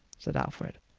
said alfred,